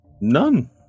None